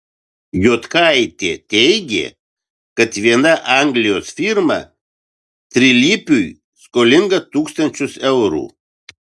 jotkaitė teigė kad viena anglijos firma trilypiui skolinga tūkstančius eurų